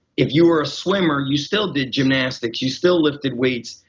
if you were a swimmer you still did gymnastics, you still lifted weights.